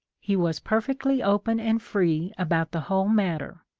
he was perfectly open and free about the whole matter.